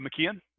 McKean